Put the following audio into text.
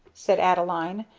said adeline,